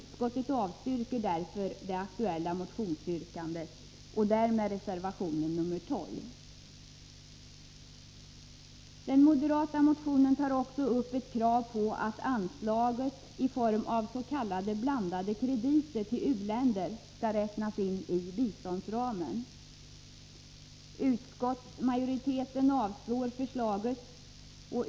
Jag avstyrker därför det aktuella motionsyrkandet och därmed reservationen nr 12. Den moderata motionen tar också upp ett krav på att anslaget i form av s.k. blandade krediter till u-länder skall räknas in i biståndsramen. Utskottsmajoriteten avstyrker förslaget.